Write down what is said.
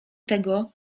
tego